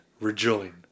rejoin